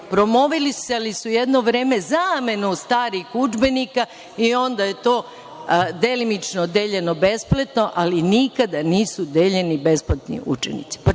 Promovisali su jedno vreme zamenu starih udžbenika i onda je to delimično deljeno besplatno, ali nikada nisu deljeni besplatni udžbenici,